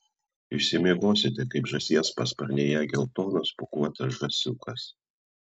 išsimiegosite kaip žąsies pasparnėje geltonas pūkuotas žąsiukas